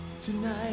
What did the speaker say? Tonight